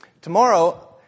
Tomorrow